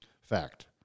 fact